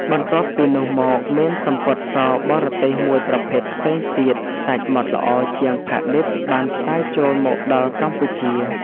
បន្ទាប់ពីនោះមក មានសំពត់សបរទេសមួយប្រភេទផ្សេងទៀត សាច់ម៉ដ្ឋល្អជាងផាឌិបបានផ្សាយចូលមកដល់កម្ពុជា